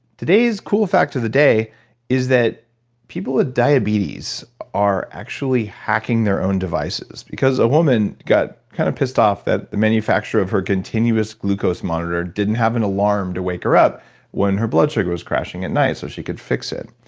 today's cool fact of the day is that people with diabetes are actually hacking their own devices, because a woman got kind of pissed off that the manufacturer of her continuous glucose monitor didn't have an alarm to wake her up when her blood sugar was crashing at night, so she could fix it,